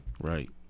Right